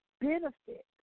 benefit